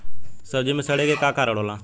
सब्जी में सड़े के का कारण होला?